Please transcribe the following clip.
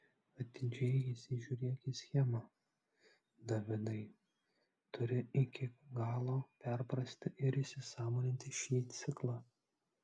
atidžiai įsižiūrėk į schemą davidai turi iki galo perprasti ir įsisąmoninti šį ciklą